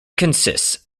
consists